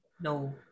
No